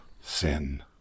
sin